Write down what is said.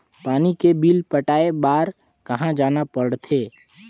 पानी के बिल पटाय बार कहा जाना पड़थे?